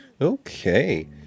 Okay